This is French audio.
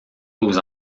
aux